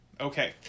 Okay